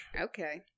Okay